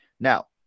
Now